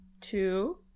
Two